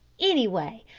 anyway,